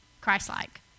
Christ-like